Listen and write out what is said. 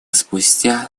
спустя